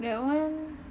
that one